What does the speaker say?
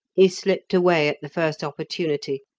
he slipped away at the first opportunity,